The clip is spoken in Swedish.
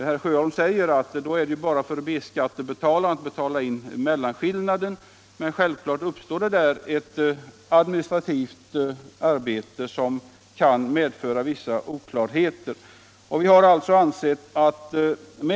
Herr Sjöholm säger att då är det bara för B-skattebetalaren att betala in mellanskillnaden, men självklart uppstår där ett administrativt arbete som kan medföra vissa oklarheter.